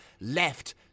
left